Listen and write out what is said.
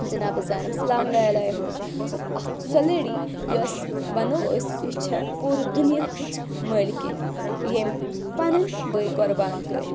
جِناب زینَب ہُنٛد سَہ اَکھ سۄ لیڈی یۄس وَنو أسۍ یہِ چھے پوٗرٕ دُنیِہٕچ مٲلکِن یٔمۍ پَنٕنۍ بٲے قۄربان کٔرۍ